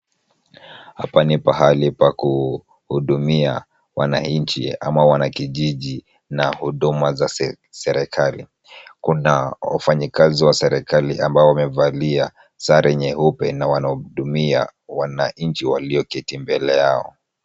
Hapa ni pahali pa kuhudumia wananchi ama wanakijiji na huduma za serikali. Kuna wafanyikazi wa serikali ambao wamevalia sare nyeupe na wanahudumia wananchi walioketi mbele yao.